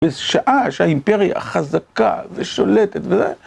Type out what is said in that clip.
בשעה שהאימפריה חזקה ושולטת, וזה...